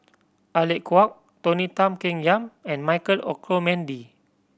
Alec Kuok Tony Tan Keng Yam and Michael Olcomendy